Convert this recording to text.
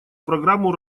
программу